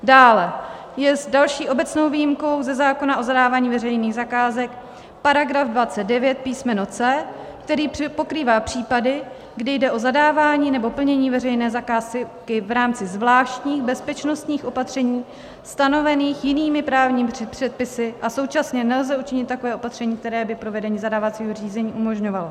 Dále je další obecnou výjimkou ze zákona o zadávání veřejných zakázek § 29 písm. c), který pokrývá případy, kdy jde o zadávání nebo plnění veřejné zakázky v rámci zvláštních bezpečnostních opatření stanovených jinými právními předpisy a současně nelze učinit takové opatření, které by provedení zadávacího řízení umožňovalo.